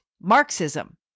Marxism